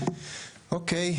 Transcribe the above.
אוקיי.